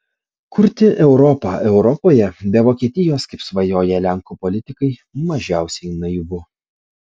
kurti europą europoje be vokietijos kaip svajoja lenkų politikai mažiausiai naivu